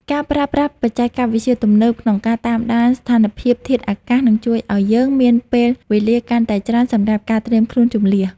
ការប្រើប្រាស់បច្ចេកវិទ្យាទំនើបក្នុងការតាមដានស្ថានភាពធាតុអាកាសនឹងជួយឱ្យយើងមានពេលវេលាកាន់តែច្រើនសម្រាប់ការត្រៀមខ្លួនជម្លៀស។